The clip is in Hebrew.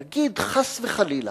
נגיד, חס וחלילה,